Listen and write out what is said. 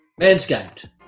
Manscaped